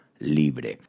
libre